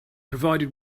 provided